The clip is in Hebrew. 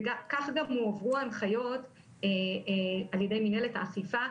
כך גם הועברו ההנחיות על ידי מִנהלת האכיפה.